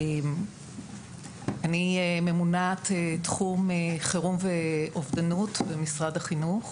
אני ממונת תחום חירום ואובדנות במשרד החינוך.